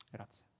Grazie